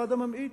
אחד הממעיט.